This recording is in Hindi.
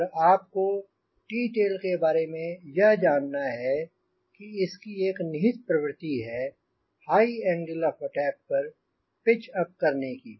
पर आपको टी टेल के बारे में यह जानना है कि इसकी एक निहित प्रवृत्ति है हाई एंगल ऑफ़ अटैक पर पिच अप करने की